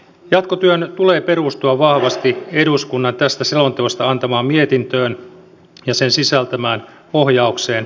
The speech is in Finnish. jatkotyön tulee perustua vahvasti eduskunnan tästä selonteosta antamaan mietintöön ja sen sisältämään ohjaukseen